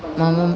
मम